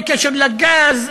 בקשר לגז,